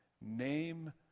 Name